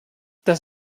das